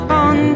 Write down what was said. on